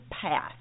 Path